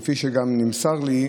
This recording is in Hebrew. כפי שגם נמסר לי,